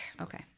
Okay